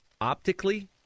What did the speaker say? optically